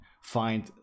find